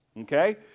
Okay